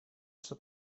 что